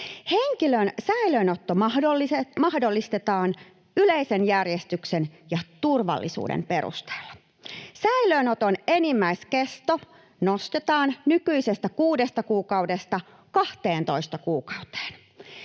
Henkilön säilöönotto mahdollistetaan yleisen järjestyksen ja turvallisuuden perusteella. Säilöönoton enimmäiskesto nostetaan nykyisestä kuudesta kuukaudesta 12 kuukauteen,